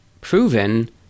proven